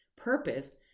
Purpose